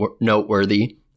noteworthy